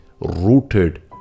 rooted